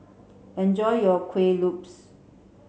enjoy your Kuih Lopes